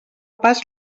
pas